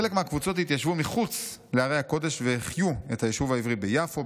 חלק מהקבוצות התיישבו מחוץ לערי הקודש והחיו את היישוב העברי ביפו,